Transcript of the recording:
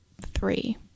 three